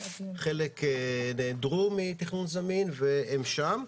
חלק נעדרו מתכנון זמין והם שם.